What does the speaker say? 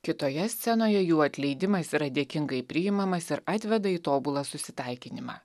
kitoje scenoje jų atleidimas yra dėkingai priimamas ir atveda į tobulą susitaikinimą